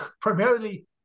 primarily